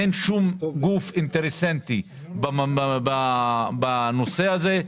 אין שום גוף אינטרסנטי בנושא הזה.